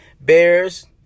Bears